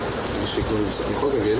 שנמצאים כאן אתנו כדי שנוכל גם